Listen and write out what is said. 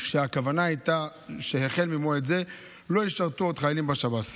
והכוונה הייתה שהחל ממועד זה לא ישרתו עוד חיילים בשב"ס.